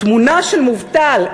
תמונה של מובטל.